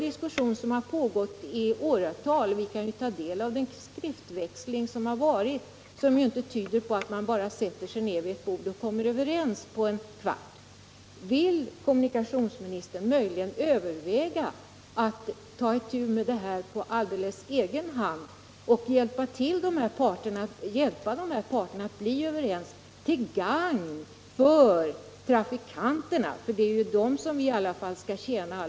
Diskussionen har ju pågått i åratal. Den skriftväxling som förevarit tyder inte på att det bara är att sätta sig ned vid ett bord och komma överens på en kvart. Vill kommunikationsministern möjligen överväga att ta itu med frågan och hjälpa parterna att bli överens — till gagn för trafikanterna, för det är ju dem som vi allesammans skall tjäna?